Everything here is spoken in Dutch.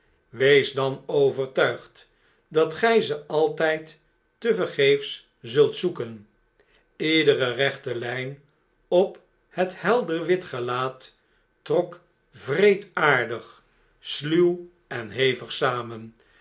wees dan overtuigd dat gy ze altyd tevergeefs zult zoeken iedere rechte lyn op het helderwit gelaat trok wreedaardig sluw en hevig samen